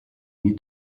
you